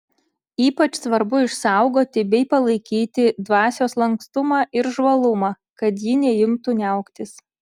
ypač svarbu išsaugoti bei palaikyti dvasios lankstumą ir žvalumą kad ji neimtų niauktis